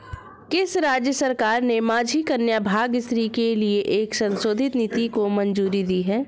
किस राज्य सरकार ने माझी कन्या भाग्यश्री के लिए एक संशोधित नीति को मंजूरी दी है?